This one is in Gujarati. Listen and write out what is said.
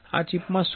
આ ચિપ મા શું છે